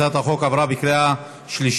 הצעת החוק עברה בקריאה שלישית,